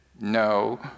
No